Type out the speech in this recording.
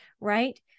right